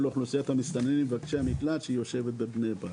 אוכלוסיית המסתננים מבקשי המקלט שיושבת בבני ברק.